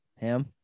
Ham